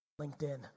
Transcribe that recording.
LinkedIn